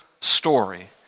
story